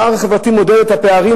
הפער החברתי מודד את הפערים,